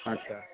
अच्छा